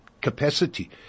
capacity